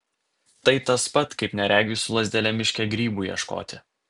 tai tas pat kaip neregiui su lazdele miške grybų ieškoti